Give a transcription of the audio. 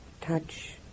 touch